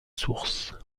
source